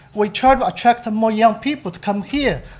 we try to attract more young people to come here,